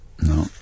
no